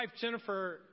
Jennifer